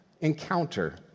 encounter